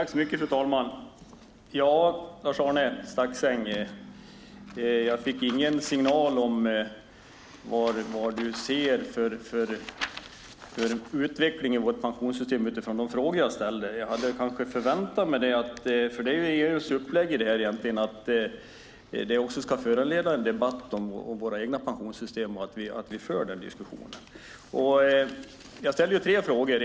Fru talman! Jag fick ingen signal om vilken utveckling du ser för vårt pensionssystem utifrån de frågor jag ställde, Lars-Arne Staxäng. Jag hade förväntat mig det. EU:s upplägg är ju att det ska föranleda en debatt om våra egna pensionssystem och att vi för den diskussionen. Jag ställde tre frågor.